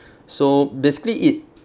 so basically it